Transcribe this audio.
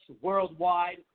worldwide